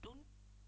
don't